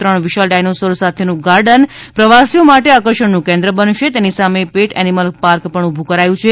ત્રણ વિશાળ ડાયનોસોર સાથેનું ગાર્ડન પ્રવાસીઓ માટે આકર્ષણનું કેન્દ્ર બનશે તેની સામે પેટ એનિમલ પાર્ક પણ ઊભું કરાયું છે